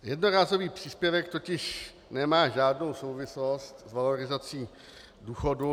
Jednorázový příspěvek totiž nemá žádnou souvislost s valorizací důchodu.